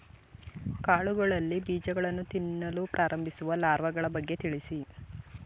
ಕಾಳುಗಳಲ್ಲಿ ಬೀಜಗಳನ್ನು ತಿನ್ನಲು ಪ್ರಾರಂಭಿಸುವ ಲಾರ್ವಗಳ ಬಗ್ಗೆ ತಿಳಿಸಿ?